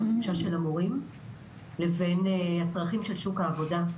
החופשה של המורים לבין צורכי שוק העבודה.